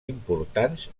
importants